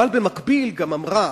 אבל במקביל גם אמרה